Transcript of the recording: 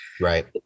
right